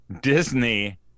Disney